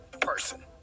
person